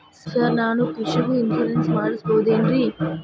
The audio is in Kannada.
ಸರ್ ನಾನು ಕೃಷಿಗೂ ಇನ್ಶೂರೆನ್ಸ್ ಮಾಡಸಬಹುದೇನ್ರಿ?